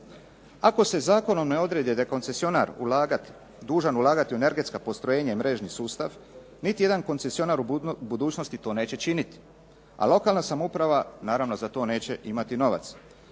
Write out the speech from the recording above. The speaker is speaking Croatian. Ako se zakonom ne odredi da je koncesionar dužan ulagati u energetska postrojenja i mrežni sustav niti jedan koncesionar u budućnosti to neće činiti, a lokalna samouprava naravno za to neće imati novac.